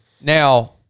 Now